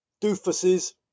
doofuses